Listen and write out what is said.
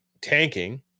tanking